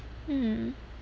mm